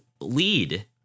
lead